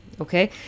okay